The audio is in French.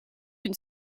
une